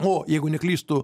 o jeigu neklystu